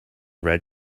red